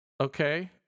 Okay